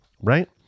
right